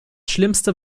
schlimmste